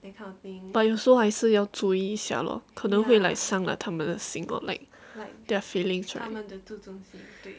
but 有时候还是要注意一下 loh 可能会 like 伤了他们的心 loh like their feelings right